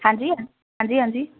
ਹਾਂਜੀ ਹਾਂਜੀ ਹਾਂਜੀ